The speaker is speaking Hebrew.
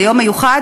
זה יום מיוחד.